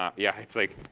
um yeah. it's like